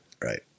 Right